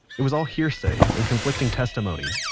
it was all hearsay and conflicting testimony,